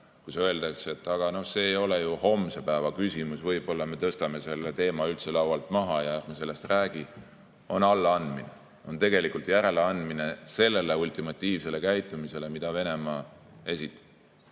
mõtted, öeldakse, et aga see ei ole ju homse päeva küsimus, võib-olla me tõstame selle teema üldse laualt maha ja ärme sellest räägime. See on allaandmine, see on tegelikult järeleandmine sellele ultimatiivsele käitumisele, mida Venemaa